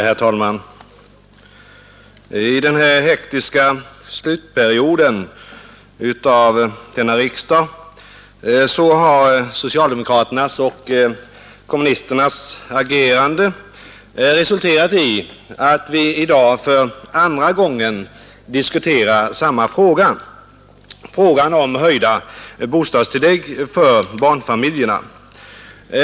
Herr talman! I den hektiska slutperioden av denna riksdag har socialdemokraternas och kommunisternas agerande resulterat i att vi i dag för andra gången diskuterar frågan om höjda bostadstillägg för barnfamiljerna.